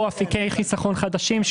או אפיקי חיסכון חדשים,